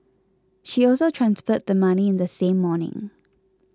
she also transferred the money in the same morning